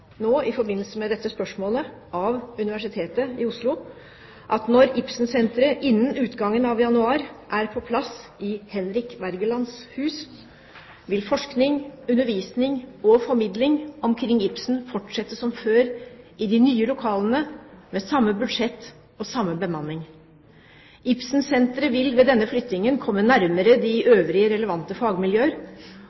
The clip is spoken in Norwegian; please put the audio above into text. av Universitetet i Oslo at når Ibsen-senteret innen utgangen av januar er på plass i Henrik Wergelands hus, vil forskning, undervisning og formidling omkring Ibsen fortsette som før i de nye lokalene, med samme budsjett og samme bemanning. Ibsen-senteret vil ved denne flyttingen komme nærmere de